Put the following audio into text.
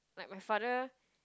like my father